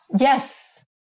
yes